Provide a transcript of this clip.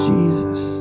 Jesus